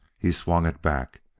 he swung it back,